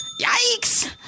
yikes